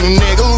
nigga